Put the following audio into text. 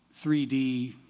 3D